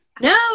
no